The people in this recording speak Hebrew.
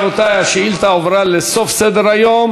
רבותי, השאילתה הועברה לסוף סדר-היום.